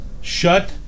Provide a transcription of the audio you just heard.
Shut